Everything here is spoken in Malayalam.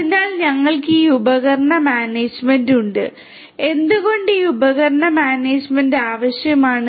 അതിനാൽ ഞങ്ങൾക്ക് ഈ ഉപകരണ മാനേജുമെന്റ് ഉണ്ട് എന്തുകൊണ്ട് ഈ ഉപകരണ മാനേജ്മെന്റ് ആവശ്യമാണ്